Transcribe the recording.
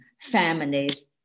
families